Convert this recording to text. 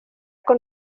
con